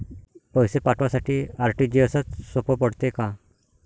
पैसे पाठवासाठी आर.टी.जी.एसचं सोप पडते का?